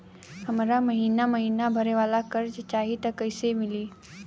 हमरा महिना महीना भरे वाला कर्जा चाही त कईसे मिली?